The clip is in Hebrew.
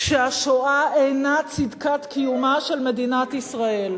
שהשואה אינה צדקת קיומה של מדינת ישראל.